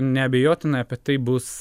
neabejotinai apie tai bus